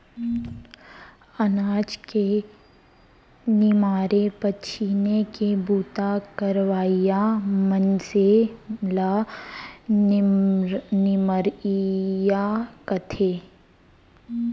अनाज के निमारे पछीने के बूता करवइया मनसे ल निमरइया कथें